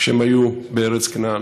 כשהם היו בארץ כנען,